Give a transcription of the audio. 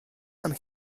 and